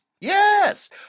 yes